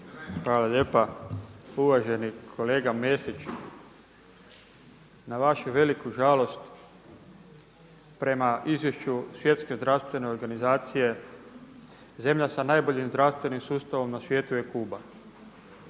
Hvala lijepa. Uvaženi kolega Mesić, na vašu veliku žalost prema izvješću Svjetske zdravstvene organizacije, zemlja sa najboljim zdravstvenim sustavom na svijetu je Kuba.